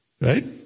Right